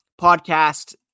podcast